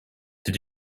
did